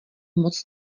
moc